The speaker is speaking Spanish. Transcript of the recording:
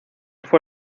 fue